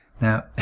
Now